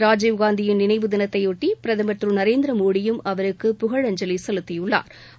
ராஜீவ்னந்தியின் நினைவு தினத்தையொட்டி பிரதமர் திரு நரேந்திர மோடியும் அவருக்கு புகழஞ்சலி செலத்தியுள்ளா்